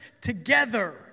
together